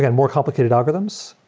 and more complicated algorithms,